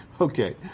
Okay